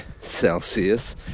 Celsius